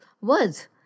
words